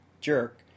jerk